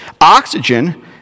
Oxygen